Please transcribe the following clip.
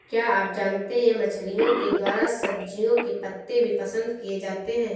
क्या आप जानते है मछलिओं के द्वारा सब्जियों के पत्ते भी पसंद किए जाते है